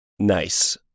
Nice